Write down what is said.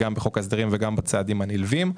בחוק ההסדרים ובצעדים הנלווים.